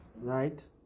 right